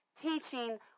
teaching